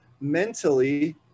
mentally